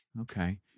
Okay